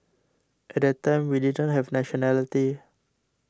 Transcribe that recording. at that time we didn't have nationality